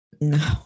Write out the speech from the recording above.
No